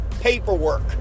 paperwork